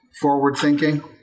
forward-thinking